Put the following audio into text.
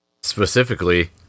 Specifically